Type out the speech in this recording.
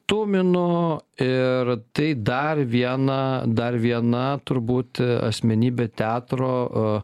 tuminu ir tai dar viena dar viena turbūt asmenybė teatro